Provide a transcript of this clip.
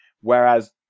Whereas